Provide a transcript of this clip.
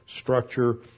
structure